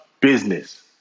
business